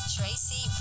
Tracy